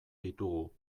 ditugu